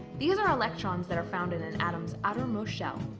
these are electrons that are found in an atom's outermost shell.